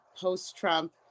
post-Trump